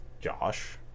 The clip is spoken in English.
Josh